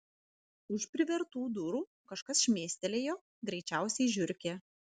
už privertų durų kažkas šmėstelėjo greičiausiai žiurkė